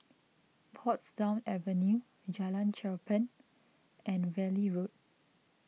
Portsdown Avenue Jalan Cherpen and Valley Road